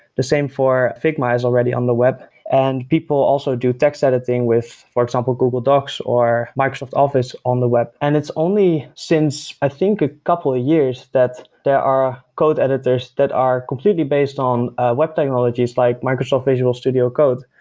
the same for figma is already on the web and people also do text editing with for example, google docs, or microsoft office on the web. and it's only since i think a couple of years that there are code editors that are completely based on web technologies, like microsoft visual studio code.